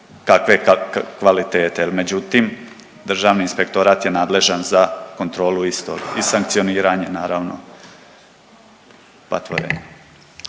kakve kvalitete jel međutim državni inspektorat je nadležan za kontrolu istog i sankcioniranje naravno patvore.